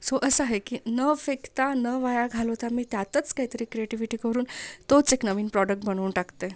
so असं आहे की न फेकता न वाया घालवता मी त्यातच काहीतरी क्रिएटिव्हिटी करून तोच एक नवीन प्रॉडक्ट बनवून टाकते